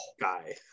guy